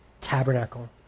tabernacle